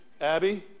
Abby